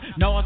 no